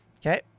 Okay